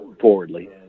forwardly